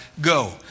go